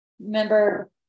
remember